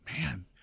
Man